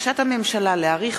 אורית